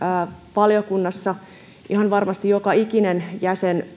valiokunnassa ihan varmasti joka ikinen jäsen